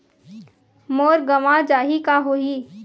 मोर गंवा जाहि का होही?